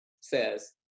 says